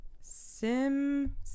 Sim